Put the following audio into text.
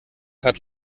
hat